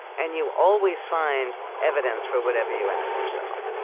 and you always find evidence for whatever you ask yourself,